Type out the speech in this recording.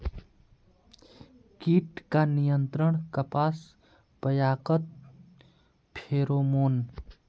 कीट का नियंत्रण कपास पयाकत फेरोमोन?